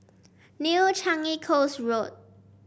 New Changi Coast Road